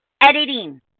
Editing